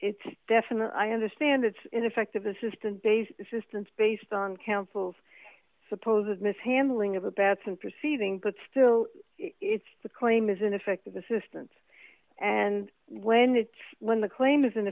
it's definite i understand it's ineffective assistance based assistance based on councils suppose mishandling of a batson proceeding but still it's the claim is ineffective assistance and when it's when the claim is